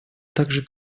также